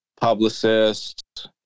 publicists